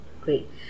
Great